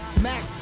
Mac